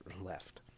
left